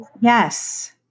Yes